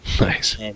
Nice